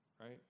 right